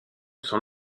son